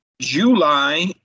July